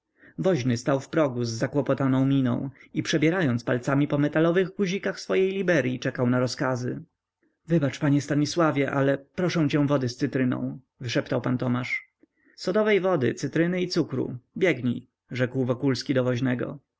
woźny stał w progu z zakłopotaną miną i przebierając palcami po metalowych guzikach swojej liberyi czekał na rozkazy wybacz panie stanisławie ale proszę cię wody z cytryną wyszeptał pan tomasz sodowej wody cytryny i cukru biegnij rzekł